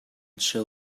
show